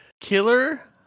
Killer